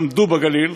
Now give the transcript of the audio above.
למדו בגליל,